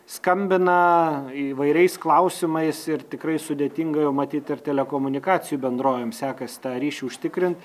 skambina įvairiais klausimais ir tikrai sudėtinga jau matyt ir telekomunikacijų bendrovėm sekasi tą ryšį užtikrint